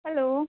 hello